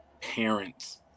parents